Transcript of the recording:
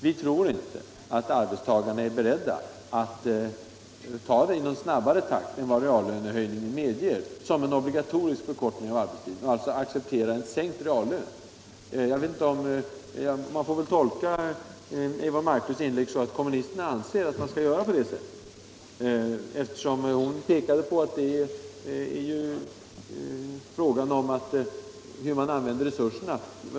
Vi tror inte att arbetstagarna är beredda att ta en obligatorisk förkortning av arbetstiden i snabbare takt än vad reallönehöjningen medger, dvs. att de inte vill acceptera en sänkt reallön. Man får väl tolka fru Marklunds inlägg så, att kommunisterna anser att man skall göra på det sättet, eftersom hon pekade på att det här är fråga om hur man använder resurserna.